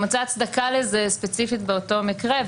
אם מצא הצמדה לזה ספציפית באותו מקרה.